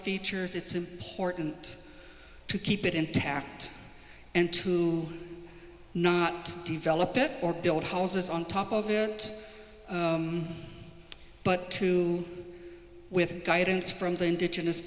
features it's important to keep it intact and to not develop it or build houses on top of it but to with guidance from the indigenous